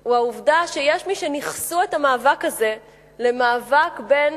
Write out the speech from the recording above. היא שיש מי שניכסו את המאבק הזה למאבק בין